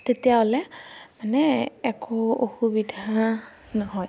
তেতিয়াহ'লে মানে একো অসুবিধা নহয়